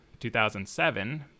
2007